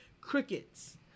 Crickets